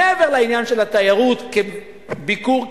מעבר לעניין התיירות כביקור,